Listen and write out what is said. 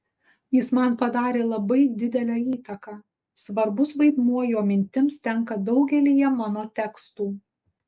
jis man padarė labai didelę įtaką svarbus vaidmuo jo mintims tenka daugelyje mano tekstų